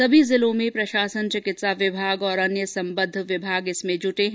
सभी जिलों में प्रशासन चिकित्सा विभाग और अन्य संबंध विभाग इसमें जुटे हैं